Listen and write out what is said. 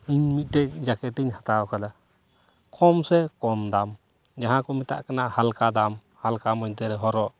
ᱤᱧ ᱢᱤᱫᱴᱮᱱ ᱡᱮᱠᱮᱴᱤᱧ ᱦᱟᱛᱟᱣ ᱠᱟᱫᱟ ᱠᱚᱢ ᱥᱮ ᱠᱚᱢ ᱫᱟᱢ ᱡᱟᱦᱟᱸ ᱠᱚ ᱢᱮᱛᱟᱜ ᱠᱟᱱᱟ ᱦᱟᱞᱠᱟ ᱫᱟᱢ ᱦᱟᱞᱠᱟ ᱢᱚᱫᱽᱫᱷᱮ ᱨᱮ ᱦᱚᱨᱚᱜ